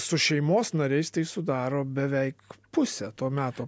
su šeimos nariais tai sudaro beveik pusę to meto